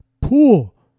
pool